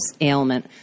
ailment